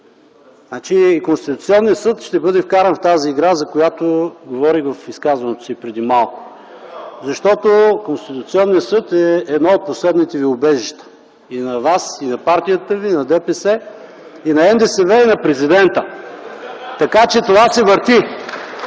Конституционният съд ще бъде вкаран в тази игра, за която говорих в изказването си преди малко, защото той е едно от последните ви убежища – и на Вас, и на партията ви, и на ДПС, и на НДСВ, и на президента (тропане по